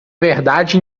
verdade